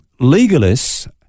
Legalists